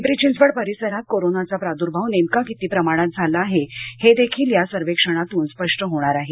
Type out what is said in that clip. पिंपरी चिंचवड परिसरात कोरोनाचा प्रादूर्भाव नेमका किती प्रमाणात झाला आहे हे देखील या सर्वेक्षणातून स्पष्ट होणार आहे